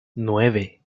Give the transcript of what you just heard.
nueve